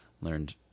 learned